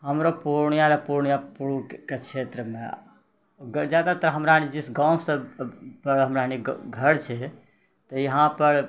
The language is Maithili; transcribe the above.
हमरा पूर्णियाँ पूर्णियाँ पूर्वके क्षेत्रमे जादातर हमरा जे छै गाँव सभ पर हमरारिके घर छै तऽ यहाँ पर